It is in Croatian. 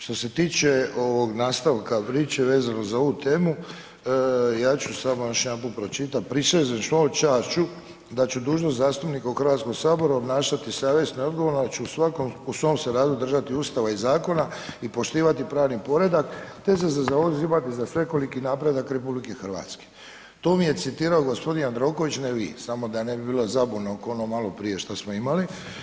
Što se tiče ovog nastavka priče vezano za ovu temu, ja ću samo još jedan pročitat, „Prisežem svojom čašću da ću dužnost zastupnika u Hrvatskom saboru obnašati savjesno i odgovorno, da ću se u svom radu držati Ustava i zakona i poštivati pravni predak te da ću se zauzimati za svekoliki napredak RH.“ To mi je citirao g. Jandroković, ne vi, samo da ne bi bila zabuna oko onog maloprije šta smo imali.